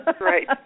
right